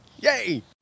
Yay